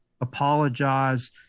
apologize